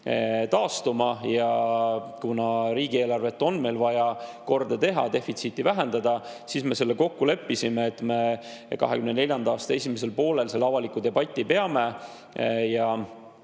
taastuma ja kuna riigieelarvet on meil vaja korda teha, defitsiiti vähendada, siis me leppisime kokku, et me 2024. aasta esimesel poolel selle avaliku debati peame ja